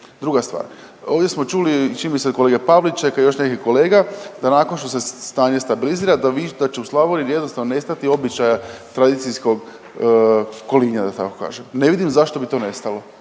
Druga stvar, ovdje smo čuli, čini mi se od kolege Pavličeka i još nekih kolega da nakon što se stanje stabilizira, da će u Slavoniji jednostavno nestati običaja tradicijskog kolinja, da tako kažem. Ne vidim zašto bi to nestalo.